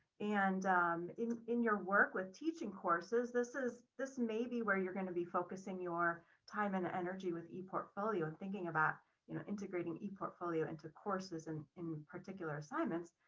and in in your work with teaching courses, this is this may be where you're going to be focusing your time and energy with eportfolio thinking about you know integrating eportfolio into courses and in particular assignments.